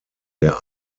der